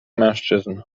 mężczyzn